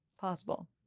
possible